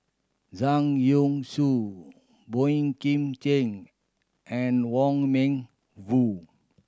Zhang Youshuo Boey Kim Cheng and Wong Meng Voon